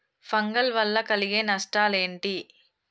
Fungal వల్ల కలిగే నష్టలేంటి?